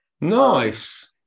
Nice